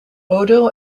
odo